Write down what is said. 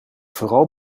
vooral